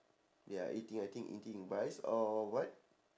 ya eating I think eating rice or what